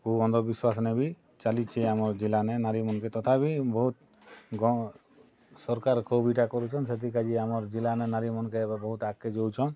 କୁ ଅନ୍ଧବିଶ୍ବାସନେଁ ବି ଚାଲିଛେ ଆମର୍ ଜିଲ୍ଲାନେ ନାରୀ ମନକେ ତଥାପି ବହୁତ୍ ସରକାର୍ ଖୁବ୍ ଇଟା କରୁଛନ୍ ସେଥିର୍ କାଯେ ଆମର୍ ଜିଲ୍ଲାନେ ନାରୀ ମାନକେ ଏବେ ବହୁତ୍ ଆଗକେ ଯାଉଛନ୍